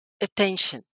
attention